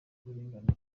buringanire